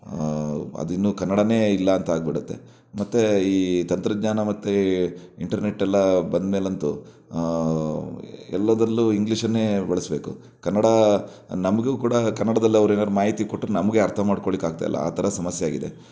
ಅದು ಇನ್ನು ಕನ್ನಡಾನೇ ಇಲ್ಲ ಅಂತ ಆಗಿ ಬಿಡುತ್ತೆ ಮತ್ತು ಈ ತಂತ್ರಜ್ಞಾನ ಮತ್ತು ಇಂಟರ್ನೆಟ್ಟೆಲ್ಲ ಬಂದ ಮೇಲಂತೂ ಎಲ್ಲದರಲ್ಲೂ ಇಂಗ್ಲೀಷನ್ನೇ ಬಳಸಬೇಕು ಕನ್ನಡ ನಮಗೂ ಕೂಡ ಕನ್ನಡದಲ್ಲಿ ಅವ್ರು ಏನಾದ್ರು ಮಾಹಿತಿ ಕೊಟ್ಟರೆ ನಮಗೆ ಅರ್ಥ ಮಾಡ್ಕೊಳ್ಲಿಕ್ಕೆ ಆಗ್ತಾ ಇಲ್ಲ ಆ ಥರ ಸಮಸ್ಯೆಯಾಗಿದೆ